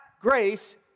grace